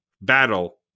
battle